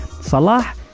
Salah